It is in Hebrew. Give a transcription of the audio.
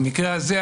במקרה הזה,